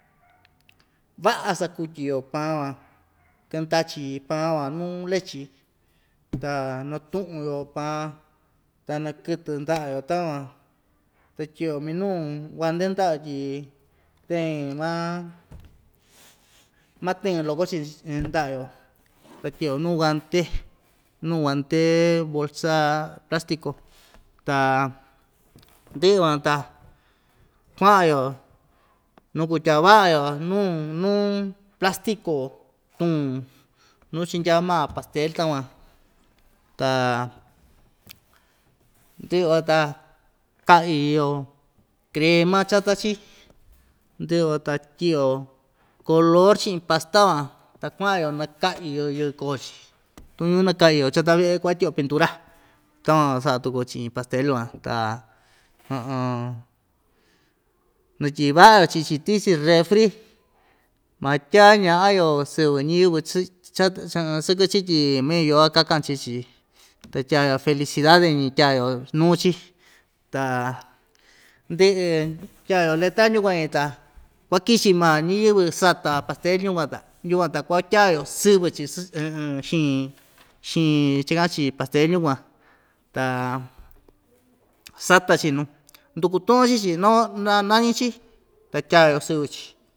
vaꞌa sakutyi‑yo paan van kɨndachi paan van nuu lechi ta natuꞌu‑yo paan ta nakɨtɨ ndaꞌa‑yo takuan ta tyiꞌi‑yo minuu guante ndaꞌa‑yo tyi teen maa matɨɨn loko‑chi ch ndaꞌa‑yo ta tyiꞌi‑yo nuu guante nuu guante bolsa plastico ta ndɨꞌɨ van ta kuaꞌa‑yo nukutya vaꞌa‑yo nuu nuu plastico tuun nuu chindyaa maa pastel takuan ta ndɨꞌɨ van ta kaꞌyɨ‑yo crema chata‑chi ndɨꞌɨ van ta tyiꞌi‑o color chiꞌin pasta van ta kuaꞌa‑yo nakaꞌyɨ‑yo yɨkɨ koo‑chi tukuñu nakaꞌyɨ‑yo chata veꞌe kuaꞌa tyiꞌi‑yo pintura takuan saꞌa tuku‑yo chiꞌin pastel van ta natyivaꞌa‑yo chii‑chi tichi refri ma tyaa ñaꞌa‑yo sɨvɨ ñiyɨvɨ sɨkɨ‑chi tyi meeyoo‑ka kakan chii‑chi ta tya‑yo felicidade ñi tyaa‑yo nuu‑chi ta ndɨꞌɨ tyayo letra yukuan‑ñi ta kuaki‑chi maa ñiyɨvɨ sata pastel yukuan ta yukuan ta kuatya‑yo sɨvɨ‑chi sɨɨ xiin xiin cha kaꞌan‑chi pastel yukuan ta sata‑chi nuu ndukutuꞌun chii‑chi noo na nañi‑chi ta tyaa‑yo sɨvɨ‑chi.